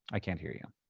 i can't hear you.